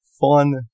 fun